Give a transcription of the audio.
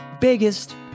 biggest